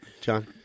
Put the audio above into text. John